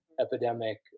Epidemic